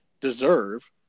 deserve